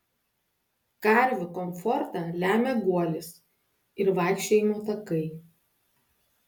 karvių komfortą lemia guolis ir vaikščiojimo takai